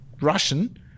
Russian